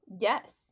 yes